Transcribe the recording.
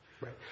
Right